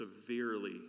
severely